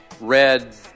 red